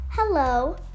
Hello